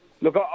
Look